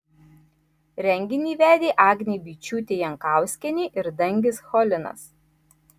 renginį vedė agnė byčiūtė jankauskienė ir dangis cholinas